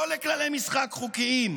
לא לכללי משחק חוקיים.